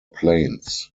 planes